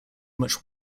much